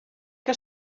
que